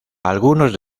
algunos